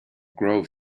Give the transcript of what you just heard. grove